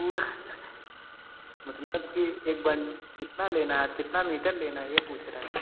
पूरा मतलब की एक कितना लेना है कितना मीटर लेना है ये पूछ रहे हैं